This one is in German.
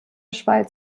schweiz